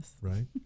Right